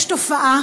יש תופעה